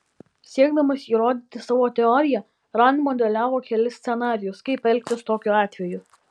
siekdamas įrodyti savo teoriją rand modeliavo kelis scenarijus kaip elgtis tokiu atveju